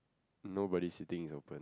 nobody sitting is open